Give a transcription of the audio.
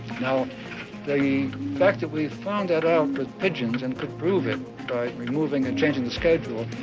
now the fact that we've found that out with pigeons, and could prove it by removing and changing the schedule,